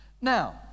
Now